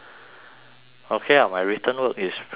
okay ah my written work is pretty good